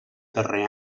darrer